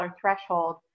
threshold